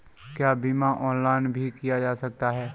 क्या बीमा ऑनलाइन भी किया जा सकता है?